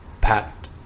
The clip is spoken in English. Patent